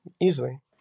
Easily